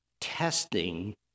testing